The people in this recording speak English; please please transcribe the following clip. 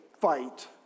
fight